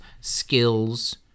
skills